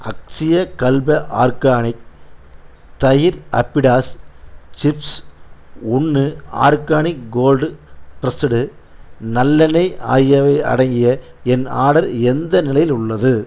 Akshaya Kalpa organic தயிர் அப்பிடாஸ் chips ஒன்று ஆர்கானிக் கோல்டு ப்ரஸ்ஸுடு நல்லெண்ணெய் ஆகியவை அடங்கிய என் ஆடர் எந்த நிலையில் உள்ளது